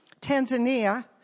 Tanzania